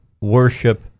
worship